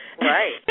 Right